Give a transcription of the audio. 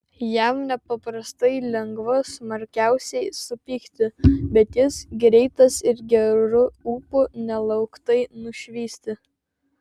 jam nepaprastai lengva smarkiausiai supykti bet jis greitas ir geru ūpu nelauktai nušvisti